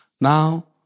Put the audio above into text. Now